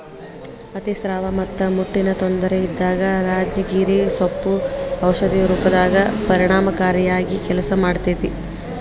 ಅತಿಸ್ರಾವ ಮತ್ತ ಮುಟ್ಟಿನ ತೊಂದರೆ ಇದ್ದಾಗ ರಾಜಗಿರಿ ಸೊಪ್ಪು ಔಷಧಿ ರೂಪದಾಗ ಪರಿಣಾಮಕಾರಿಯಾಗಿ ಕೆಲಸ ಮಾಡ್ತೇತಿ